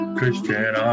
Christian